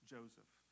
Joseph